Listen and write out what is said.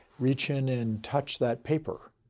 reach in and touch that paper,